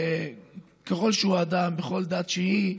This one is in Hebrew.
ככל שהוא אדם, בכל דת שהיא,